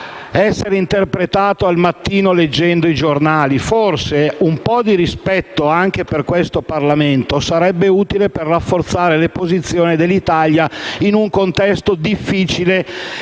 essere interpretato al mattino leggendo i giornali; forse un po' di rispetto anche per questo Parlamento sarebbe utile per rafforzare le posizioni dell'Italia in un contesto difficile. Magari